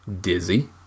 dizzy